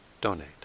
donate